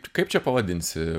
kaip čia pavadinsi